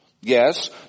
Yes